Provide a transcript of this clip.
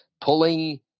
pulling